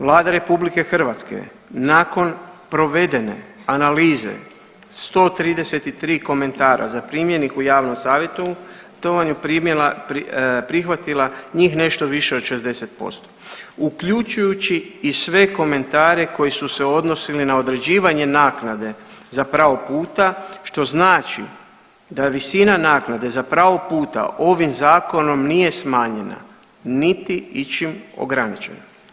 Vlada RH nakon provedene analize 133 komentara zaprimljenih u javnom savjetovanju prihvatila njih nešto više od 60%, uključujući i sve komentare koji su se odnosili na određivanje naknade za prav puta što znači da visina naknade za pravo puta ovim zakonom nije smanjena niti ičim ograničena.